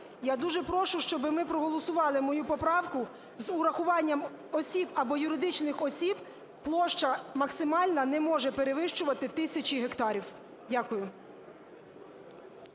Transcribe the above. Я дуже прошу, щоби ми проголосували мою поправку: з урахуванням осіб або юридичних осіб площа максимальна не може перевищувати тисячі гектарів. Дякую.